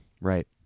Right